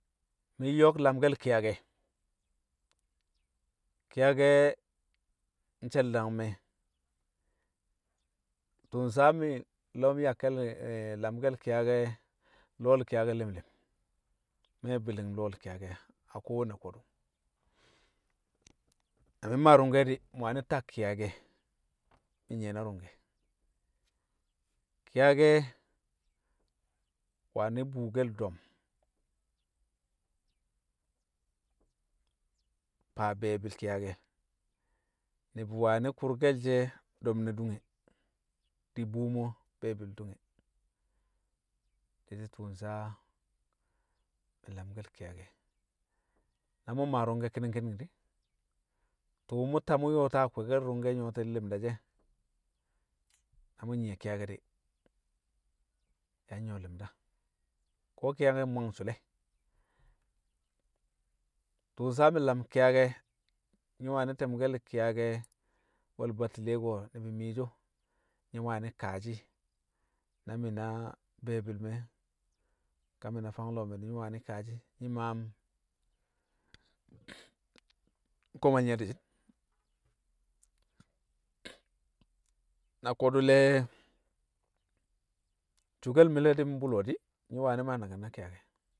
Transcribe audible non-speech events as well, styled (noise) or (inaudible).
Mi̱ nyo̱k lamke̱l ki̱yake̱. Ki̱yake̱ nshe̱l- dangme̱. Tṵṵ nsaa mi̱ nyo̱k yakke̱le̱ (hesitation) lamke̱l ki̱yake̱ lo̱l ki̱yake̱ li̱m li̱m, mi̱ mbi̱li̱ng lo̱l ki̱yake̱ a kowanne ko̱dṵ. Na mi̱ mmaa ru̱ngkẹ di̱, mi̱ wani̱ takke̱l ki̱yake̱ mi̱ nyi̱yẹ na ru̱ngkẹ. Ki̱yake̱ wani̱ buukel do̱m faa be̱e̱bi̱ ki̱yake̱, ni̱bi̱ wani̱ kṵrke̱l she do̱m ne̱ dunge, di buu mo be̱e̱bi̱l dunge, di̱ shi̱ tṵṵ nsaa mi̱ Lamke̱l ki̱yake̱. Na mu̱ mmaa ru̱ngke̱ ki̱ni̱n di̱, tṵṵ mṵ ta mu̱ yo̱o̱ ta kwẹẹkẹl ru̱ngke̱ nyu̱wo̱ti̱n limda she, na mṵ nyi̱yẹ ki̱yakẹ di̱ yang nyṵwo̱ li̱mda, ko̱ ki̱yakẹ mbwang sṵle̱ tṵṵ nsaa mi̱ lam ki̱yake̱, nyi̱ wani̱ te̱mkẹl ki̱yakẹ we̱l battile ko̱ ni̱bi̱ miyeshi o̱, nyi̱ waani kaashi̱ na mi̱ na be̱e̱bi̱ le̱ me̱, ka mi̱ na fang lo̱o̱ mẹ, di̱ nyi̱ wani̱ kaashi nyi̱ maam (noise) komal nye̱ di̱shi̱n, (noise) na ko̱dṵ le cwi̱ke̱l mi̱le̱ di̱ nbṵlo̱ di̱, nyi̱ wani̱ maa naki̱n na ki̱yake̱.